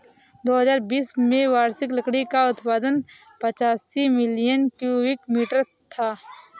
दो हजार बीस में वार्षिक लकड़ी का उत्पादन पचासी मिलियन क्यूबिक मीटर था